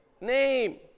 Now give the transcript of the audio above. name